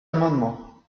amendement